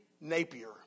Napier